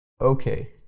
Okay